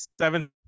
seven